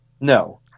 No